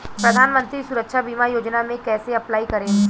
प्रधानमंत्री सुरक्षा बीमा योजना मे कैसे अप्लाई करेम?